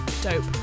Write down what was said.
dope